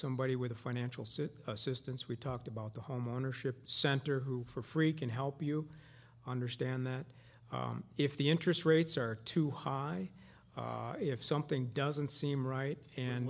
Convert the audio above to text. somebody with a financial sit assistance we talked about the homeownership center who for free can help you understand that if the interest rates are too high if something doesn't seem right and